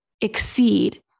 exceed